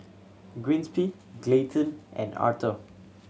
Giuseppe Clayton and Arthor